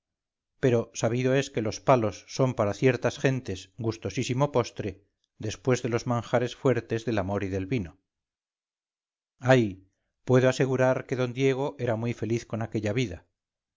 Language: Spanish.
pero sabido es que los palos son para ciertasgentes gustosísimo postre después de los manjares fuertes del amor y del vino ay puedo asegurar que d diego era muy feliz con aquella vida